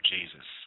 Jesus